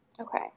Okay